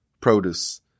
produce